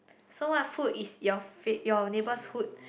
so what food is your fav~ your neighbourhood